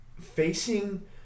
facing